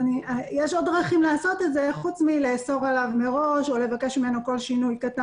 יש עוד דרכים לעשות את זה חוץ מלאסור עליו מראש או לבקש ממנו להודיע